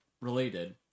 related